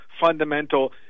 fundamental